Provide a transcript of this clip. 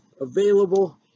available